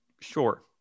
Sure